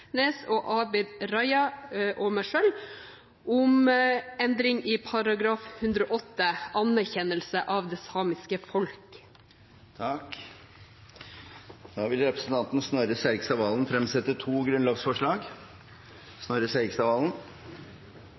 Abid Q. Raja og meg selv om endring i § 108, anerkjennelse av det samiske folk. Representanten Snorre Serigstad Valen vil fremsette tre grunnlovsforslag.